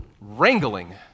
Wrangling